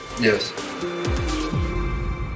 yes